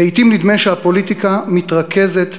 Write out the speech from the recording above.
לעתים נדמה שהפוליטיקה מתרכזת במנגנונים,